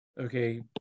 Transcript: okay